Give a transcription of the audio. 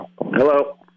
Hello